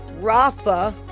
rafa